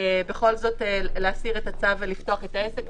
בכל זאת להסיר את הצו ולפתוח את העסק,